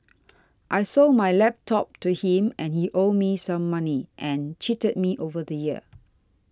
I sold my laptop to him and he owed me some money and cheated me over the year